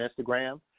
Instagram